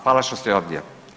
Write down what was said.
Hvala što ste ovdje.